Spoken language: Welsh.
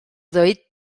ddweud